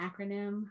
acronym